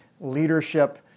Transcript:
leadership